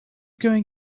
going